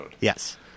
yes